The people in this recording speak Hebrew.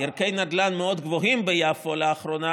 ערכי נדל"ן מאוד גבוהים ביפו לאחרונה